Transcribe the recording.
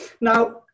Now